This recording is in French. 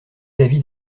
l’avis